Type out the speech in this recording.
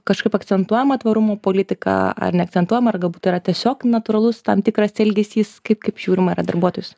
kažkaip akcentuojama tvarumo politika ar neakcentuojama ar galbūt tai yra tiesiog natūralus tam tikras elgesys kaip kaip žiūrima yra darbuotojus